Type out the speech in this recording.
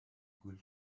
گول